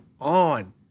on